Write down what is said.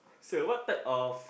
so what type of